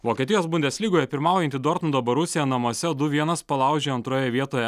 vokietijos bundes lygoje pirmaujanti dortmundo borusija namuose du vienas palaužė antroje vietoje